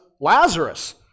Lazarus